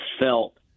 felt